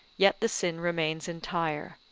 yet the sin remains entire.